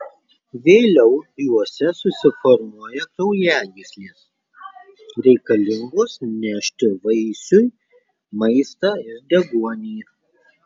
vėliau juose susiformuoja kraujagyslės reikalingos nešti vaisiui maistą ir deguonį